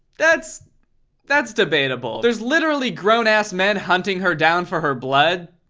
that's that's debatable. there's literally grown-ass men hunting her down for her blood.